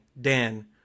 Dan